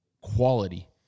quality